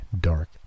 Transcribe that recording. dark